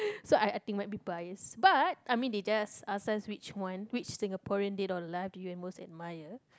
so I I think might people I guess but I mean they just access which one which Singaporean dead or alive do you most admire